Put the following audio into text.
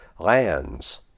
lands